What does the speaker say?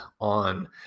on